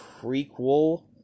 prequel